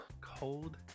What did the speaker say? Cold